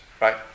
right